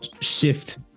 shift